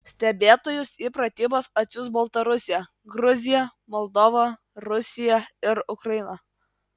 stebėtojus į pratybas atsiųs baltarusija gruzija moldova rusija ir ukraina